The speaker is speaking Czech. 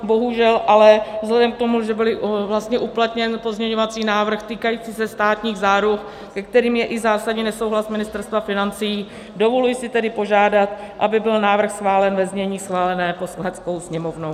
Bohužel ale vzhledem k tomu, že byl vlastně uplatněn pozměňovací návrh týkající se státních záruk, ke kterým je i zásadní nesouhlas Ministerstva financí, dovoluji si tedy požádat, aby byl návrh schválen ve znění schváleném Poslaneckou sněmovnou.